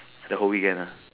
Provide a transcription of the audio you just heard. the whole weekend